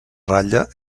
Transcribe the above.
ratlla